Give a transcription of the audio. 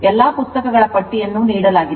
ಎಲ್ಲಾ ಪುಸ್ತಕಗಳ ಪಟ್ಟಿಯನ್ನು ನೀಡಲಾಗಿದೆ